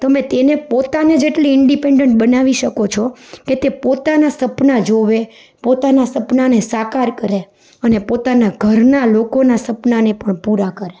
તમે તેને પોતાના જેટલી ઇન્ડિપેન્ડટ બનાવી શકો છો કે તે પોતાના સપનાં જુએ પોતાના સપનાંને સાકાર કરે અને પોતાના ઘરના લોકોના સપનાંને પણ પૂરા કરે